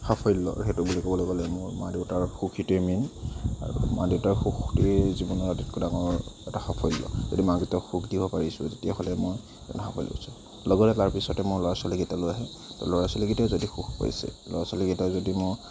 সাফল্য সেইটো বুলি ক'বলৈ গ'লে মোৰ মা দেউতাৰ সুখীটোৱেই মেইন আৰু মা দেউতাৰ সুখটোৱেই জীৱনৰ আটাইতকৈ ডাঙৰ এটা সাফল্য যদি মা দেউতাক সুখ দিব পাৰিছোঁ তেতিয়াহ'লে মই তেনেহ'লে সাফল্য পাইছোঁ লগতে তাৰপিছতে মোৰ ল'ৰা ছোৱালী কেইটালৈ আহোঁ ল'ৰা ছোৱালী যদি সুখ পাইছে ল'ৰা ছোৱালী কেইটাই যদি মোৰ